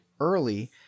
early